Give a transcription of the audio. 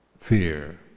fear